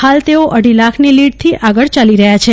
હાલ તેઓ અઢી લાખની લીડ થી આગળ ચાલી રહ્યા છે